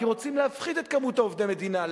כי רוצים להפחית את כמות עובדי המדינה.